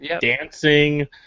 dancing